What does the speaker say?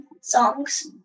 songs